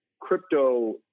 crypto